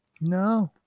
No